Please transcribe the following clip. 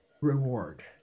reward